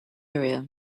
area